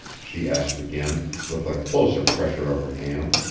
she asked again, with a closer pressure of her hand.